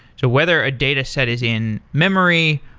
so whether a dataset is in memory,